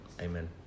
Amen